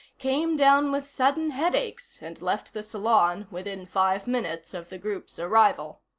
came down with sudden headaches and left the salon within five minutes of the group's arrival.